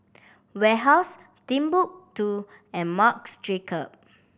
Warehouse Timbuk Two and Marc Jacobs